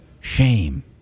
shame